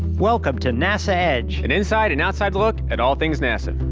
welcome to nasa edge. an inside and outside look at all things nasa.